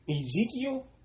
Ezekiel